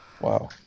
Wow